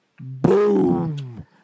boom